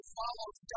follows